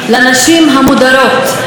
לנשים המודרות,